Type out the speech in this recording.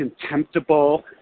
contemptible